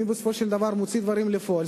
מי בסופו של דבר מוציא דברים לפועל?